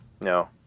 No